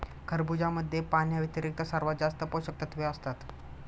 खरबुजामध्ये पाण्याव्यतिरिक्त सर्वात जास्त पोषकतत्वे असतात